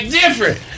different